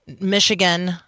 Michigan